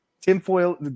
tinfoil